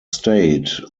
state